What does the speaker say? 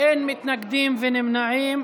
אין מתנגדים ונמנעים.